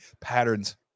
patterns